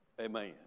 Amen